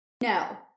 No